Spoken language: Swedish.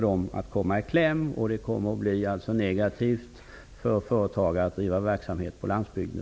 Det blir då negativa förhållanden för företagare som bedriver verksamhet på landsbygden.